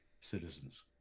citizens